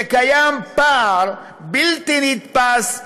שקיים פער בלתי נתפס,